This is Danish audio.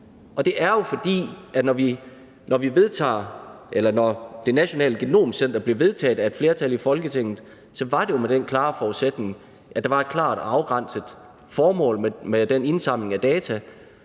advarer om. Når Nationalt Genom Center blev vedtaget af et flertal i Folketinget, var det jo med den klare forudsætning, at der var et klart og afgrænset formål med den indsamling af data,